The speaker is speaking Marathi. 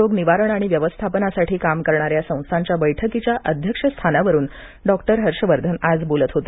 क्षयरोग निवारण आणि व्यवस्थापनासाठी काम करणाऱ्या संस्थांच्या बैठकीच्या अध्यक्षस्थानावरून आज डॉक्टर हर्षवर्धन बोलत होते